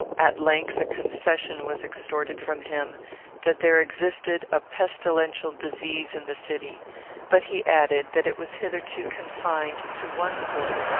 at length, a confession was extorted from him that there existed a pestilential disease in the city but he added that it was hitherto confined to one quarter,